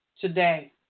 Today